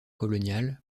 coloniale